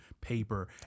paper